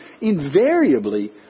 invariably